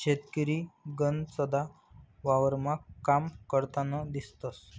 शेतकरी गनचदा वावरमा काम करतान दिसंस